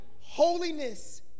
Holiness